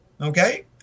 okay